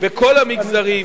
בכל המגזרים,